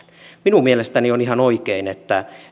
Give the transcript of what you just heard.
minun mielestäni on ihan oikein että